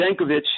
Jankovic